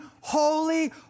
holy